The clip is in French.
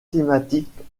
climatiques